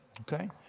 Okay